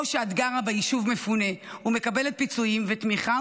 או שאת גרה ביישוב מפונה ומקבלת פיצויים ותמיכה,